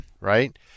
Right